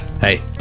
Hey